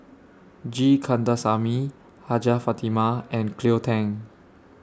G Kandasamy Hajjah Fatimah and Cleo Thang